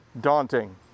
daunting